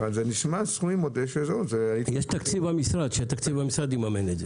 יש תקציב במשרד, שהתקציב במשרד יממן את זה.